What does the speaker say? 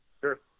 sure